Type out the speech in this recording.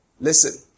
Listen